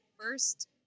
first